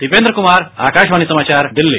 दीपेन्द्र कुमार आकाशवाणी समाचार दिल्ली